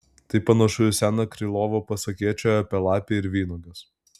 tai panašu į seną krylovo pasakėčią apie lapę ir vynuoges